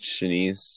Shanice